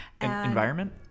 Environment